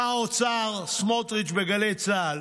שר האוצר סמוטריץ' בגלי צה"ל: